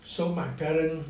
so my parents